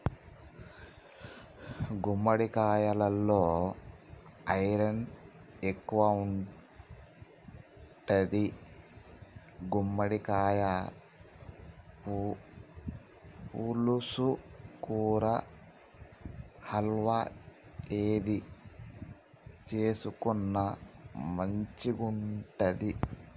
గుమ్మడికాలలో ఐరన్ ఎక్కువుంటది, గుమ్మడికాయ పులుసు, కూర, హల్వా ఏది చేసుకున్న మంచిగుంటది